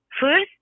first